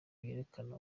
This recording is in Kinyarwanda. yerekana